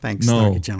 No